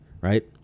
right